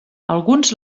alguns